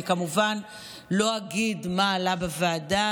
אני כמובן לא אגיד מה עלה בוועדה,